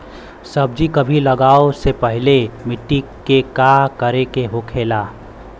सब्जी कभी लगाओ से पहले मिट्टी के का करे के होखे ला?